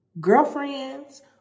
Girlfriends